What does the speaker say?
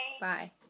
Bye